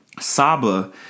Saba